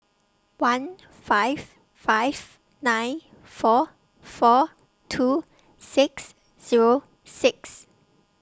one five five nine four four two six Zero six